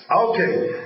Okay